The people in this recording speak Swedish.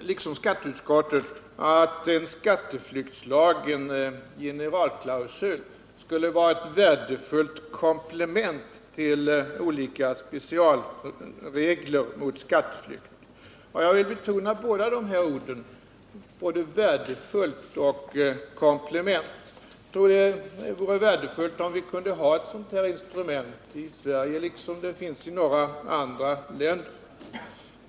liksom skatteutskottet att en skatteflyktslag — en generalklausul — skulle vara ett värdefullt komplement till de olika specialreglerna mot skatteflykt. Jag vill betona båda dessa ord — både värdefullt och komplement. Jag tror att det vore värdefullt om vi i Sverige liksom i några andra länder kunde ha ett sådant här instrument.